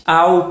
ao